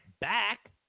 back